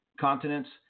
continents